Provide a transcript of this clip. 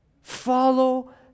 Follow